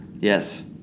Yes